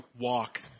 walk